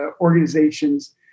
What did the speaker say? organizations